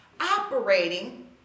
operating